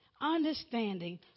understanding